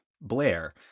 Blair